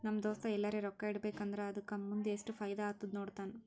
ನಮ್ ದೋಸ್ತ ಎಲ್ಲರೆ ರೊಕ್ಕಾ ಇಡಬೇಕ ಅಂದುರ್ ಅದುಕ್ಕ ಮುಂದ್ ಎಸ್ಟ್ ಫೈದಾ ಆತ್ತುದ ನೋಡ್ತಾನ್